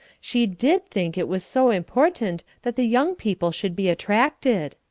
she did think it was so important that the young people should be attracted.